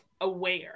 aware